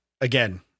Again